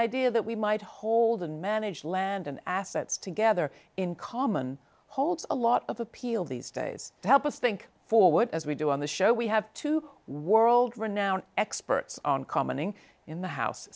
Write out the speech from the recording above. idea that we might hold and manage land and assets together in common holds a lot of appeal these days to help us think forward as we do on the show we have two world renowned experts on commenting in the house